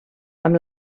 amb